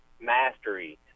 mastery